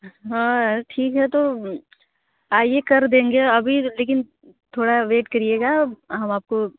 हाँ ठीक है तो आइए कर देंगे अभी लेकिन थोड़ा वेट करिएगा हम आपको